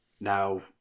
Now